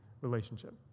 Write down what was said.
relationship